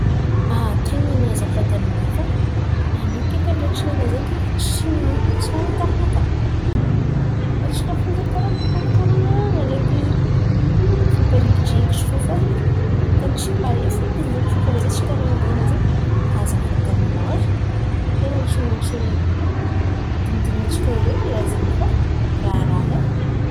Ten̈a azafady aminô fa anô kiakandra tsy ela izen̈y kay fa tsy nahazo bônsoara taminaka. Antsika fo karà mikorokoran̈a ndreky fankaringitrikitry fo fa nefa tsy pare feky ny fifandresa-ntsika zen̈y rahango ela izen̈y. Azafady aminô e, ten̈a tsy maintsy dinidinin-tsika hely oe raha izen̈y fa raha raha e.